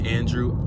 Andrew